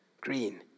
green